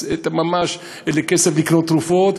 ממש אין להם כסף לקנות תרופות,